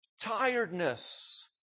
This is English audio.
tiredness